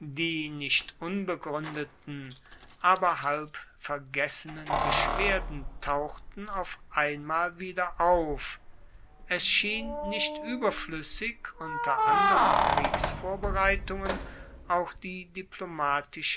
die nicht unbegruendeten aber halb vergessenen beschwerden tauchten auf einmal wieder auf es schien nicht ueberfluessig unter anderen kriegsvorbereitungen auch die diplomatische